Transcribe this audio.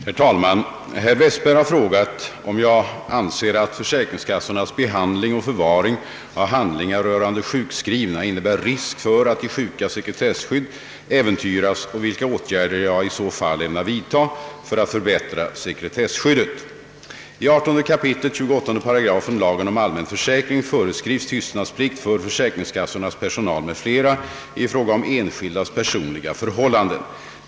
Herr talman! Herr Westberg har frågat, om jag anser att försäkringskassornas behandling och förvaring av handlingar rörande sjukskrivna innebär risk för att de sjukas sekretesskydd äventyras och vilka åtgärder jag i så fall ämnar vidta för att förbättra sekretessskyddet. I 18 kap. 28 § lagen om allmän försäkring föreskrivs tystnadsplikt för försäkringskassornas personal m.fl. i fråga om enskildas personliga förhållanden.